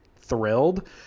thrilled